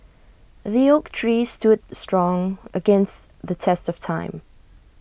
the oak tree stood strong against the test of time